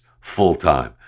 full-time